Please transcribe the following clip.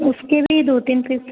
उसके भी दो तीन पीस